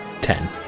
Ten